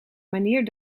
manier